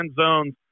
zones